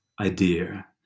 idea